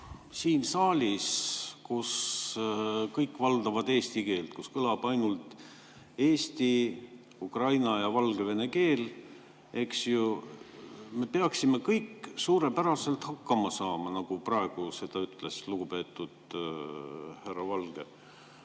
siin saalis, kus kõik valdavad eesti keelt, kus kõlab ainult eesti, ukraina ja valgevene keel, me peaksime kõik suurepäraselt hakkama saama, nagu praegu ütles lugupeetud härra Valge.